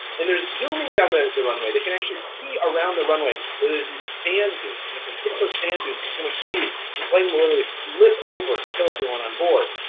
and they're zooming down the the runway, they can actually see around the runway that there's these sand dunes, and if they hit those sand dunes with too much speed the plane will literally flip over and kill everyone onboard.